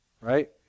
right